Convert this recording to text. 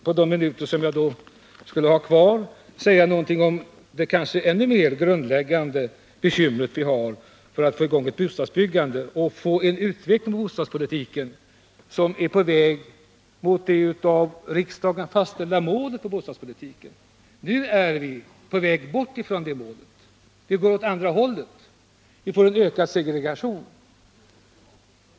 På de minuter jag har kvar vill jag säga någonting om det kanske ännu mera grundläggande bekymret när det gäller att få i gång ett bostadsbyggande och få en utveckling på väg mot det av riksdagen fastställda målet för bostadspolitiken. Nu är vi på väg bort från det målet. Vi går åt andra hållet. Vi får ökad segregation.